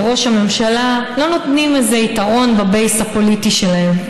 לראש הממשלה יתרון בבייס הפוליטי שלהם,